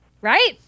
Right